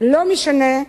לא משנה".